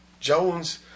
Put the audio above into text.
Jones